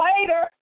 later